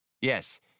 Yes